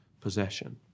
possession